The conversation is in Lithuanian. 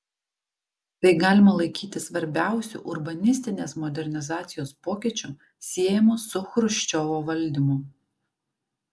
tai galima laikyti svarbiausiu urbanistinės modernizacijos pokyčiu siejamu su chruščiovo valdymu